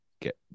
get